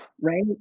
right